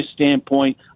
standpoint